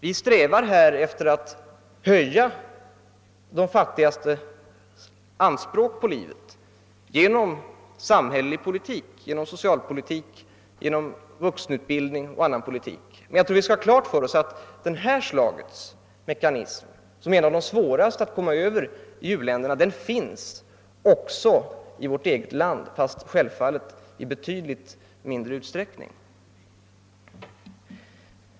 Vi strävar här i landet efter att höja de fattigaste människornas anspråk på livet; vi gör det genom samhällelig politik, socialpolitik, vuxenutbildning o.s.v. Men vi skall som sagt ha klart för oss att detta slags mekanismer, som är bland det svåraste att övervinna i många u-länder, också finns i vårt land, om också i betydligt mindre utsträckning.